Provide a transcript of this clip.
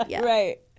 Right